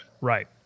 Right